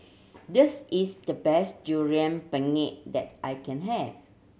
this is the best Durian Pengat that I can have